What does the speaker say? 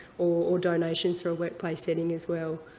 or donations for a workplace setting as well.